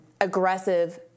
aggressive